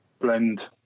blend